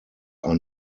are